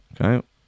Okay